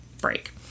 break